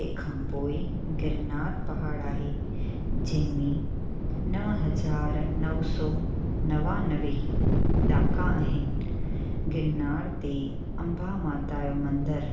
तंहिंखां पोइ गिरनार पहाड़ आहे जंहिंमें नव हज़ार नव सौ नवानवे ॾाका आहिनि गिरनार ते अंबा माता जो मंदरु